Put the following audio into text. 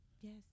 Yes